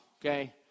okay